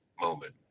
moment